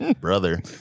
brother